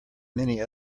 many